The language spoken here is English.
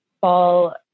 fall